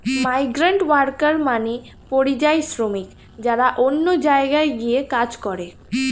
migrant worker মানে পরিযায়ী শ্রমিক যারা অন্য জায়গায় গিয়ে কাজ করে